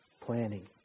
planning